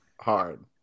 hard